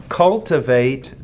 cultivate